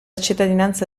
cittadinanza